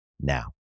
now